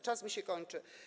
Czas mi się kończy.